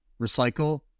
recycle